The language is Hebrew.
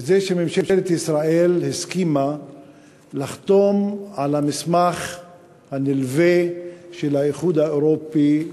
והיא שממשלת ישראל הסכימה לחתום על המסמך הנלווה של האיחוד האירופי,